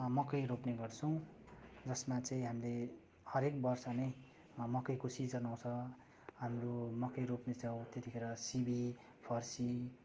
मकै रोप्ने गर्छौँ जसमा चाहिँ हामीले हरएक वर्ष नै मकैको सिजन आउँछ हाम्रो मकै रोप्ने ठाउँ त्यतिखेर सिमी फर्सी